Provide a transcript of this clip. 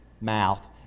mouth